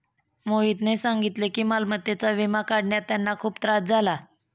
मोहितने सांगितले की मालमत्तेचा विमा काढण्यात त्यांना खूप त्रास झाला